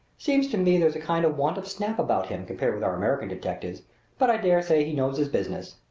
seems to me there's a kind of want of snap about him compared with our american detectives but i dare say he knows his business.